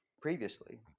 previously